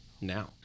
now